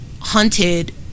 hunted